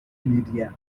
media